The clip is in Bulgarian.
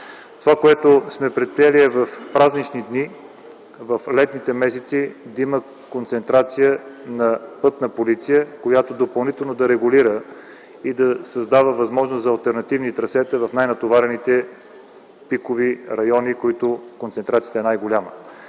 Това, което сме предприели, е в празнични дни в летните месеци да има концентрация на пътна полиция, която допълнително да регулира и да създава възможност за алтернативни трасета в най-натоварените пикови райони, в които концентрацията е най-голяма.